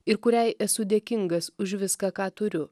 ir kuriai esu dėkingas už viską ką turiu